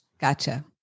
Gotcha